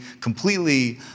completely